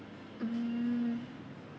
mm